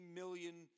million